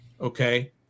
okay